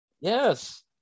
Yes